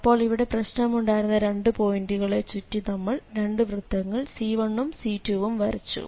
അപ്പോൾ ഇവിടെ പ്രശ്നമുണ്ടായിരുന്ന രണ്ടു പോയിന്റുകളെ ചുറ്റി നമ്മൾ രണ്ടു വൃത്തങ്ങൾ C1 ഉം C2 വും വരച്ചു